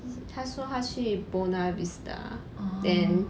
他说他去 buona vista then